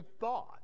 thought